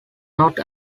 not